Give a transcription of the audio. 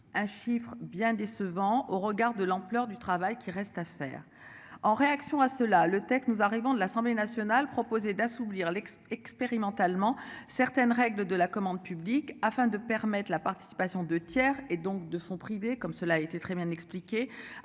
Un chiffre bien décevant au regard de l'ampleur du travail qui reste à faire. En réaction à cela. Le texte nous arrivons de l'Assemblée nationale. Poser d'assouplir l'ex-expérimentalement certaines règles de la commande publique afin de permettre la participation de tiers et donc de son privés comme cela a été très bien expliqué